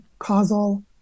Causal